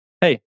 hey